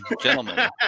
Gentlemen